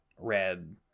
Red